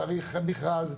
צריך מכרז,